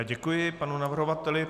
Děkuji panu navrhovateli.